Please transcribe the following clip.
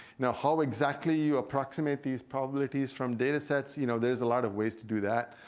and how exactly you approximate these probabilities from datasets? you know there's a lot of ways to do that.